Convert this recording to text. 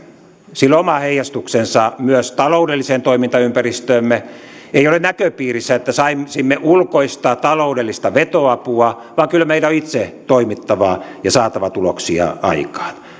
sillä on oma heijastuksensa myös taloudelliseen toimintaympäristöömme ei ole näköpiirissä että saisimme ulkoista taloudellista vetoapua vaan kyllä meidän on itse toimittava ja saatava tuloksia aikaan